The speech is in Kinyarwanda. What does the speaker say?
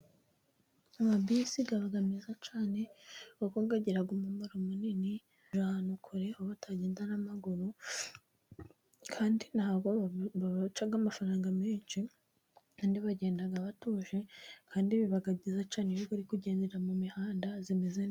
Amabisi aba meza cyane kuko agira umumaro munini, hari ahantu kure aho batagenda n'amaguru kandi ntabwo baca amafaranga menshi kandi bagenda batuje. Kandi biba byiza cyane iyo ziri kugendera mu mihanda imeze neza.